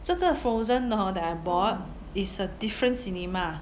这个 Frozen 的 hor that I bought is a different cinema